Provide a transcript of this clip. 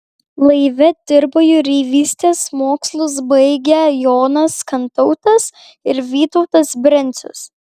laive dirbo jūreivystės mokslus baigę jonas kantautas ir vytautas brencius